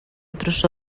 otros